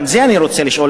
גם על זה אני רוצה לשאול.